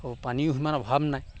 পানীও সিমান অভাৱ নাই